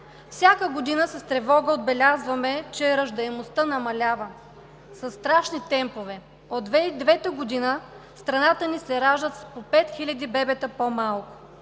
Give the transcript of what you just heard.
Всяка година с тревога отбелязваме, че раждаемостта намалява със страшни темпове. От 2009 г. в страната ни се раждат с по пет хиляди бебета по-малко.